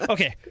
Okay